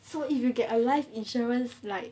so if you get a life insurance like